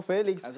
Felix